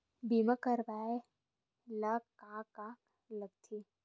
बीमा करवाय ला का का लगथे?